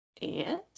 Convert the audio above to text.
yes